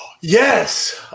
Yes